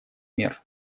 мер